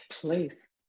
please